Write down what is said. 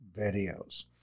videos